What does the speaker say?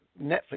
Netflix